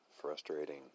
frustrating